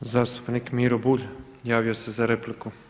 Zastupnik Miro Bulj javio se za repliku.